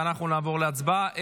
ואנחנו נעבור להצבעה.